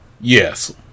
Yes